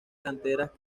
canteras